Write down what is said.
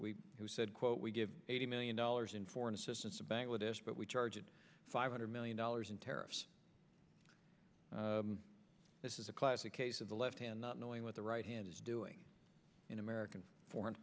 we who said quote we give eighty million dollars in foreign assistance to bangladesh but we charge it five hundred million dollars in tariffs this is a classic case of the left hand not knowing what the right hand is doing in american foreign